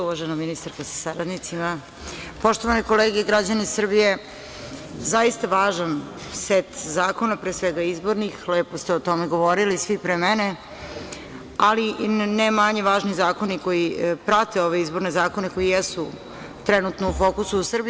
Uvažena ministarko sa saradnicima, poštovane kolege i građani Srbije, zaista važan set zakona, pre svega izbornih, lepo ste o tome govorili svi pre mene, ali i ne manje važni zakoni koji prate ove izborne zakone koji jesu trenutno u fokusu u Srbiji.